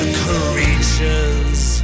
creatures